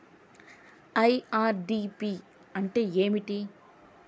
IRDP అంటే ఏమిటి?